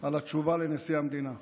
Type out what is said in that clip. על התשובה לנשיא המדינה.